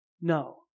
No